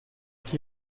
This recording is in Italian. chi